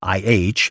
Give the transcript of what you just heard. IH